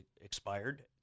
expired